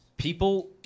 People